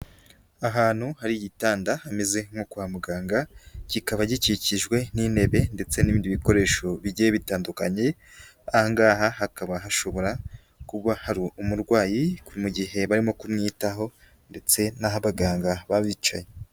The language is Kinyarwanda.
Ahantu hari igitanda hameze nko kwa muganga kikaba gikikijwe n'intebe ndetse n'ibindi bikoresho bigiye bitandukanye, aha ngaha hakaba hashobora kuba hari umurwayi mu gihe barimo kumwitaho ndetse n'aho abaganga baba bicaye.